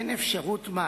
אין אפשרות מעשית